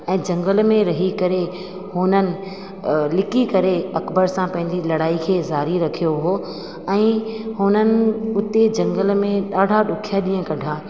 ऐं झंगल में रही करे हुननि लिकी करे अकबर सां पंहिंजी लड़ाईअ खे ज़ारी रखियो हुओ ऐं हुननि उते झंगल में ॾाढा ॾुखिया ॾींहुं कढिया